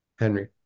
Henry